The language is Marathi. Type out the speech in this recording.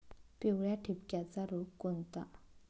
पिवळ्या ठिपक्याचा रोग कोणता?